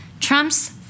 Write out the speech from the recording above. Trump's